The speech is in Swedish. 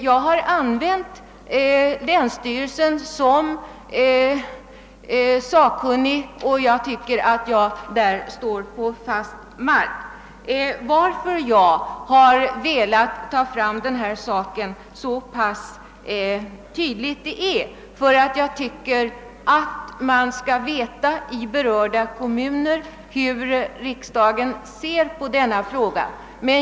Jag har använt länsstyrelsen som sakkunnig, och att jag har velat debattera denna fråga så ingående beror på att jag anser att berörda kommuner bör få veta hur riksdagen ser på problemet.